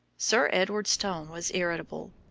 sir edward's tone was irritable.